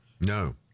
No